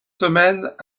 semaines